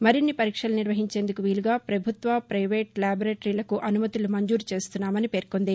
మరిన్ని పరీక్షలు నిర్వహించేందుకు వీలుగా ప్రభుత్వ ప్రెవేటు ల్యాబొరేటరీలకు అనుమతులు మంజూరు చేస్తున్నామని పేర్కొంది